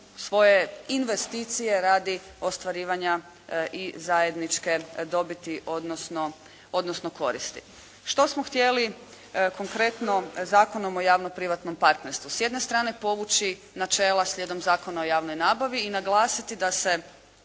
svoje investicije radi ostvarivanje i zajedničke dobiti, odnosno koristi. Što smo htjeli konkretno Zakonom o javno-privatnom partnerstvu? S jedne strane povući načela slijedom Zakona o javnoj nabavi i naglasiti da se